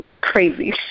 crazy